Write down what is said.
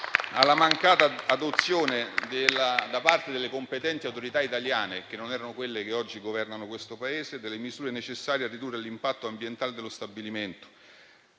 alla mancata adozione da parte delle competenti autorità italiane, che non erano quelle che oggi governano il Paese, delle misure necessarie a ridurre l'impatto ambientale dello stabilimento.